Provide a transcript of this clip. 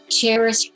cherish